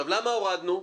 למה הורדנו?